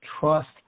trust